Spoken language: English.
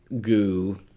goo